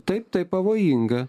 taip tai pavojinga